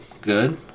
good